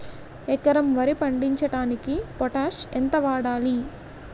ఎకరం వరి పండించటానికి పొటాష్ ఎంత వాడాలి?